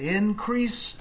increase